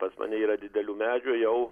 pas mane yra didelių medžių jau